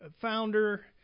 founder